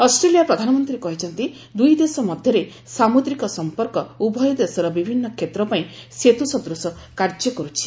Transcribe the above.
Australia ପ୍ରଧାନମନ୍ତ୍ରୀ କହିଛନ୍ତି ଦୁଇଦେଶ ମଧ୍ୟରେ ସାମୁଦ୍ରିକ ସଂପର୍କ ଉଭୟ ଦେଶର ବିଭିନ୍ନ କ୍ଷେତ୍ର ପାଇଁ ସେତୁ ସଦୃଶ କାର୍ଯ୍ୟ କରୁଛି